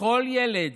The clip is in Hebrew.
לכל ילד,